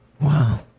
Wow